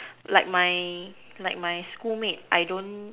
like my like my schoolmates I don't